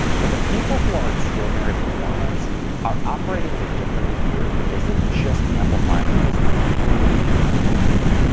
but the people who are extraordinary performers are operating at a different gear, because they're just amplifying what is completely natural to them,